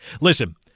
Listen